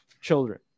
children